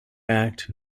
act